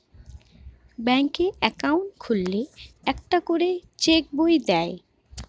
ব্যাঙ্কে অ্যাকাউন্ট খুললে একটা করে চেক বই দেয়